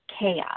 chaos